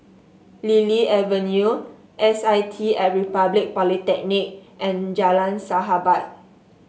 Lily Avenue S I T at Republic Polytechnic and Jalan Sahabat